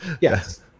Yes